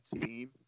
team